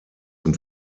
zum